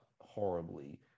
horribly